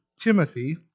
Timothy